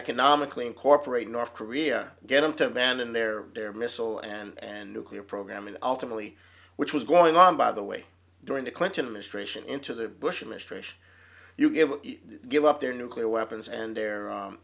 economically incorporate north korea get them to abandon their their missile and nuclear program and ultimately which was going on by the way during the clinton administration into the bush administration you give give up their nuclear weapons and the